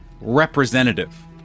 representative